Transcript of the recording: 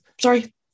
Sorry